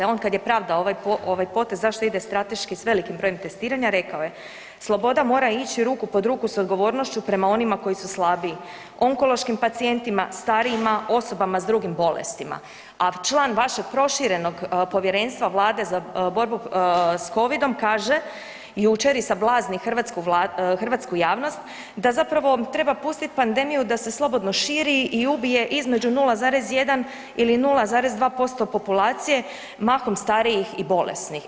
On kada je pravdao ovaj potez zašto ide strateški s velikim brojem testiranja rekao je: „Sloboda mora ići ruku pod ruku s odgovornošću prema onima koji su slabiji, onkološkim pacijentima, starijima, osobama s drugim bolestima“, a član vašeg proširenog povjerenstva vlade za borbu s covidom kaže jučer i sablazni hrvatsku javnost da zapravo treba pustiti pandemiju da se slobodni širi i ubije između 0,1 ili 0,2% populacije mahom starijih i bolesnih.